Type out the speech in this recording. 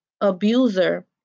abuser